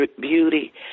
beauty